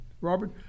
Robert